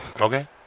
Okay